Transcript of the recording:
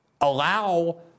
allow